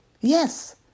Yes